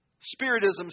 Spiritism